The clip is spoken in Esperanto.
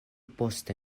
poste